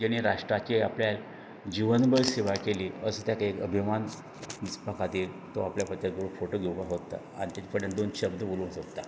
जाणें राष्ट्राची आपल्या जिवनभर सेवा केली असो ताका एक अभिमान दिसपा खातीर तो आपलो पद्धतीन एक फोटो घेवपा सोदता आनी ताजे कडेन दोन शब्द उलोवंक सोदतां